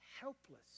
helpless